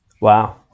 Wow